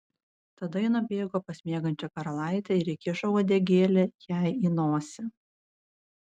tada ji nubėgo pas miegančią karalaitę ir įkišo uodegėlę jai į nosį